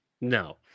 No